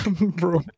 bro